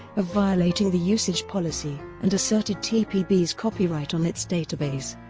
of violating the usage policy, and asserted tpb's copyright on its database.